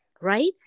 right